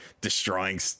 destroying